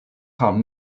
kam